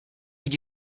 did